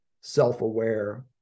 self-aware